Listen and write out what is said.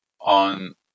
on